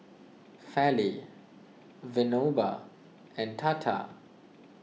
Fali Vinoba and Tata